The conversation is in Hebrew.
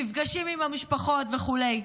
מפגשים עם המשפחות וכו'.